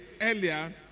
earlier